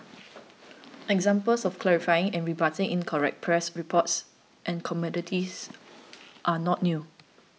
examples of clarifying and rebutting incorrect press reports and commentates are not new